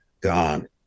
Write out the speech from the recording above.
gone